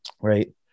right